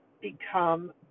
become